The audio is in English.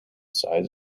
sides